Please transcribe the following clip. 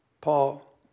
Paul